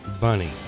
Bunny